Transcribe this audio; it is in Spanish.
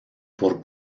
por